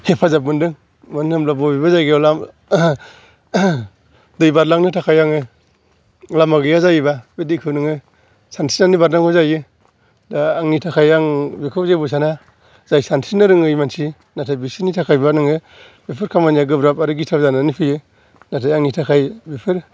हेफाजाब मोनदों मानो होनोब्ला बयबो जायगायाव दै बारलांनो थाखाय आङो लामा गैया जायोबा बे दैखौ नोङो सानस्रिनानै बारनांगौ जायैयो दा आंनि थाखाय आं बेखौ जेबो साना जाय सानस्रिनो रोङै मानसि नाथाय बिसिनि थाखायबा नोङो बेफोर खामानिआ गोब्राब आरो गिथाव जानानै फैयो नाथाय आंनि थाखाय बेफोर